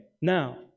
now